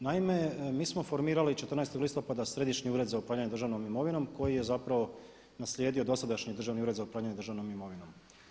Naime, mi smo formirali 14. listopada Središnji ured za upravljanje državnom imovinom koji je zapravo naslijedio dosadašnji Državni ured za upravljanje državnom imovinom.